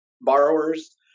borrowers